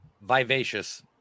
vivacious